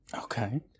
Okay